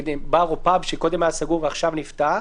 בר או פאב שקודם היה סגור ועכשיו נפתח.